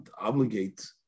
obligate